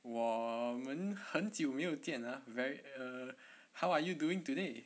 我们很久没有见 ah very err how are you doing today